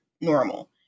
normal